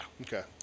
Okay